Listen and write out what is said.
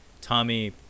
Tommy